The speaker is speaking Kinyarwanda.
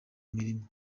mirima